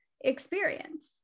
experience